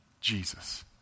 Jesus